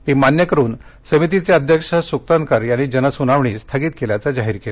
ती मान्य करून समितीचे अध्यक्ष सुकथनकर यांनी जनसुनावणी स्थगित केल्याचं जाहीर केलं